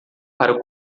para